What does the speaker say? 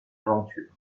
aventure